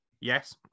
Yes